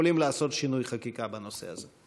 יכולים לעשות שינוי חקיקה בנושא הזה.